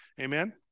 Amen